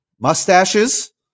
Mustaches